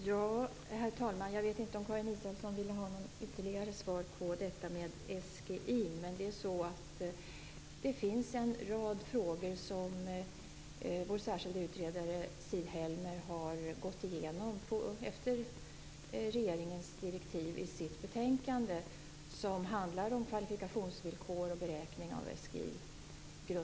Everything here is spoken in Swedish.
Herr talman! Jag vet inte om Karin Israelsson vill ha ett ytterligare svar på frågan om SGI. Det finns en rad frågor som vår särskilda utredare Siv Helmer enligt regeringens direktiv har gått igenom i sitt betänkande. De handlar om kvalifikationsvillkor och beräkningar av SGI.